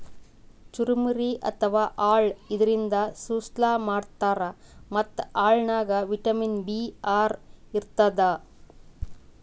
ಚುರಮುರಿ ಅಥವಾ ಅಳ್ಳ ಇದರಿಂದ ಸುಸ್ಲಾ ಮಾಡ್ತಾರ್ ಮತ್ತ್ ಅಳ್ಳನಾಗ್ ವಿಟಮಿನ್ ಬಿ ಆರ್ ಇರ್ತದ್